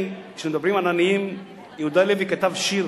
כשמדברים על עניים, יהודה הלוי כתב שיר,